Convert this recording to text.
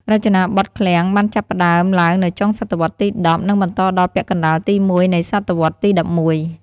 រចនាបថឃ្លាំងបានចាប់ផ្តើមឡើងនៅចុងសតវត្សរ៍ទី១០ និងបន្តដល់ពាក់កណ្តាលទី១នៃសតវត្សរ៍ទី១១។